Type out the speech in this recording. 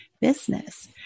business